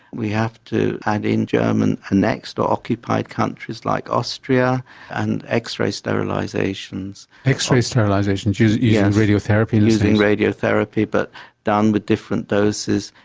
we have to add in german and next to occupied countries like austria and x-ray sterilisations. x-ray sterilisations using yeah radiotherapy? yes, using radiotherapy but done with different doses.